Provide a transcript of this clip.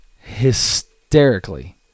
hysterically